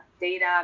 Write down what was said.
data